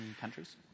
countries